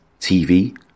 TV